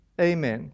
Amen